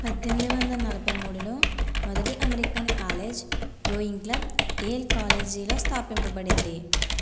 పద్దెనిమిది వందల ఎనభై మూడులో మొదటి American college rowing club Yale కాలేజీలో స్థాపించబడింది